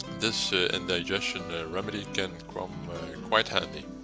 this indigestion remedy can come quite handy.